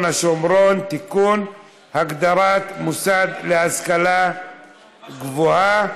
השומרון (תיקון) (הגדרת מוסד להשכלה גבוהה),